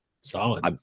Solid